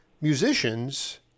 Musicians